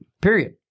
Period